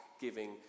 giving